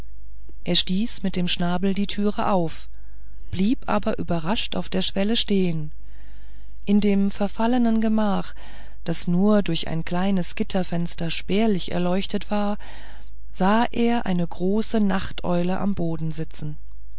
er stieß mit dem schnabel die türe auf blieb aber überrascht auf der schwelle stehen in dem verfallenen gemach das nur durch ein kleines gitterfenster spärlich erleuchtet war sah er eine große nachteule am boden sitzen